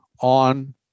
on